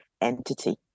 entity